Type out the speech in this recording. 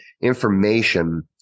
information